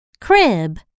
crib